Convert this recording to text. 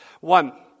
One